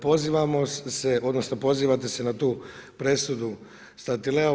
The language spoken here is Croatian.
Pozivamo se, odnosno pozivate se na tu presudu Statileo.